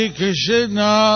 Krishna